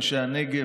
אנשי הנגב,